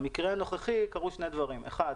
במקרה הנוכחי קרו שני דברים: אחת,